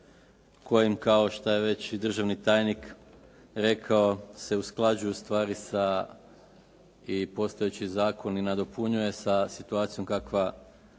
kojim kao što je već i državni tajnik rekao se usklađuju u stvari sa i postojeći zakon i nadopunjuje sa situacijom kakva